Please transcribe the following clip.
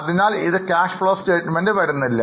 അതിനാൽ ഇത് Cash Flow Statement ൽവരുന്നില്ല